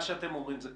ממנה ומחולקות